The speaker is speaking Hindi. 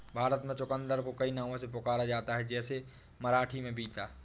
भारत में चुकंदर को कई नामों से पुकारा जाता है जैसे मराठी में बीता